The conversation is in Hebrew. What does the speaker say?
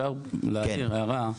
אם אפשר להעיר הערה.